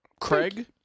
craig